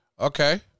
Okay